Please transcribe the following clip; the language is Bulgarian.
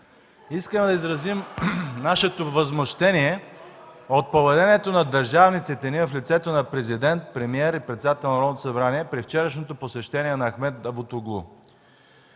Искаме да изразим нашето възмущение от поведението на държавниците ни в лицето на Президент, премиер и председател на Народното събрание при вчерашното посещение на Ахмед Давутоглу.